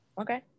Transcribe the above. okay